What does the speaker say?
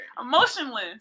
Emotionless